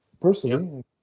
personally